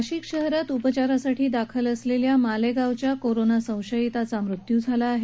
नाशिक शहरात उपचारासाठी दाखल असलेल्या मालेगावच्या कोरोना संशयिताचा मृत्यू झाला आहे